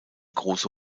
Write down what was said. große